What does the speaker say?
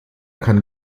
kann